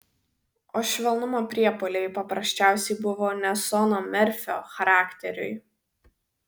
o švelnumo priepuoliai paprasčiausiai buvo ne sono merfio charakteriui